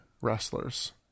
wrestlers